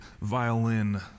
violin